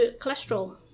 cholesterol